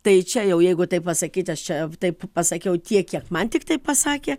tai čia jau jeigu taip pasakyt aš čia taip pasakiau tiek kiek man tiktai pasakė